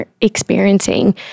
experiencing